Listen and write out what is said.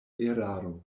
eraro